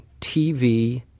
TV